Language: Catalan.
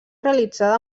realitzada